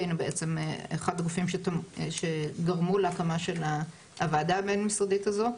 היינו בעצם אחד הגופים שגרמו להקמה של הוועדה הבין-משרדית הזו.